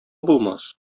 булмас